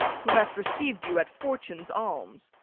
who hath receiv'd you at fortune's alms.